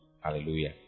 Hallelujah